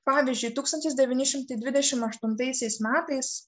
pavyzdžiui tūkstantis devyni šimtai dvidešimt aštuntaisiais metais